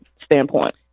standpoint